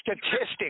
statistics